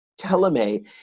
Telemay